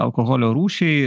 alkoholio rūšiai